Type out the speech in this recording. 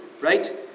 right